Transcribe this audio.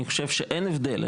אני חושב שאין הבדל,